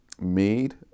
made